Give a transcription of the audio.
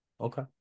Okay